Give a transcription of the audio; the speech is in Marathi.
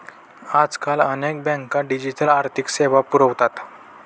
आजकाल अनेक बँका डिजिटल आर्थिक सेवा पुरवतात